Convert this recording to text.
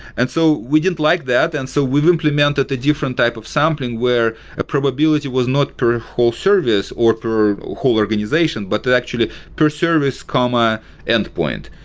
and so we didn't like that. and so we've implemented a different type of sampling, where a probability was not per whole service or per whole organization, but actually per service, ah endpoint.